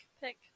pick